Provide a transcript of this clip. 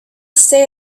stay